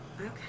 Okay